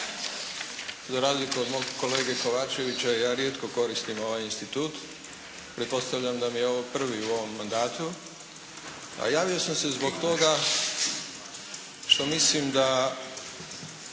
za razliku od mog kolege Kovačevića ja rijetko koristim ovaj institut, pretpostavljam da mi je ovo prvi u ovom mandatu, a javio sam se zbog toga što mislim da